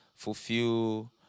fulfill